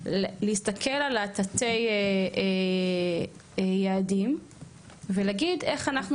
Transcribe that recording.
להסתכל על תתי-היעדים ולהגיד איך אנחנו